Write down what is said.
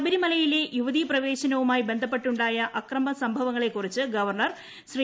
ശബരിമലയിലെ യുവതിപ്രവേശനവുമായി ബന്ധപ്പെട്ടുണ്ടായ അക്രമ സംഭവങ്ങളെക്കുറിച്ച് ഗവർണർ ശ്രീ